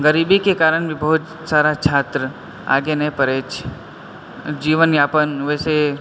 गरीबीके कारण भी बहुत सारा छात्र आगे नहि पढ़ै अछि जीवनयापन ओहिसँ